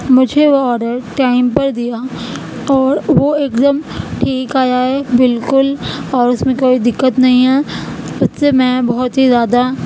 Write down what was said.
مجھے وہ order time پر دیا اور وہ ایک دم ٹھیک آیا ہے بالکل اور اس میں کوئی دقت نہیں ہے اس سے میں بہت ہی زیادہ